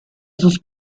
sus